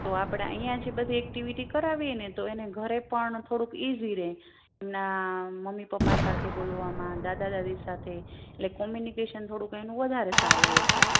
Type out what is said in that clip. તો આપણાં અહીંયા જે બધી એક્ટિવિટી કરાવીએ ને તો એને ઘરે પણ થોડુંક ઇઝી રહે એમનાં મમ્મી પપ્પા સાથે બોલવામાં દાદા દાદી સાથે એટલે કોમ્યુનિકેશન થોડુક એનું વધારે સારું રહેશે